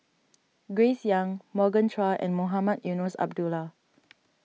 Grace Young Morgan Chua and Mohamed Eunos Abdullah